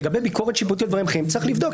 לגבי ביקורת שיפוטית ודברים אחרים, צריך לבדוק.